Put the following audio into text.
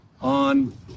on